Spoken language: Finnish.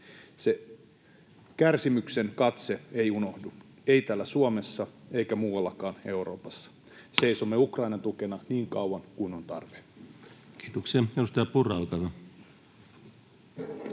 Se kärsimyksen katse ei unohdu — ei täällä Suomessa eikä muuallakaan Euroopassa. Seisomme Ukrainan tukena niin kauan kuin on tarve. [Speech